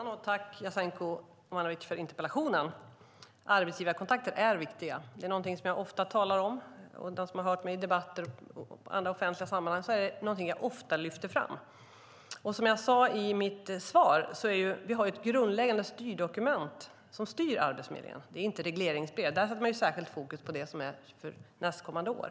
Herr talman! Jag tackar Jasenko Omanovic för interpellationen. Arbetsgivarkontakter är viktiga. Det är någonting som jag ofta talar om och lyfter fram i debatter och andra offentliga sammanhang. Som jag sade i mitt svar har vi ett grundläggande styrdokument som styr Arbetsförmedlingen. Det är inte ett regleringsbrev; där hade man särskilt fokus på nästkommande år.